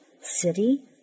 City